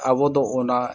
ᱟᱵᱚ ᱫᱚ ᱚᱱᱟ